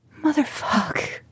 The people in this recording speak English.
Motherfuck